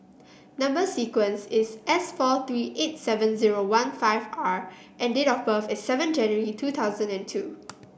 number sequence is S four three eight seven zero one five R and date of birth is seven January two thousand and two